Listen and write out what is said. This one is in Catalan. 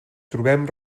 trobem